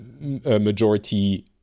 majority